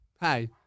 hey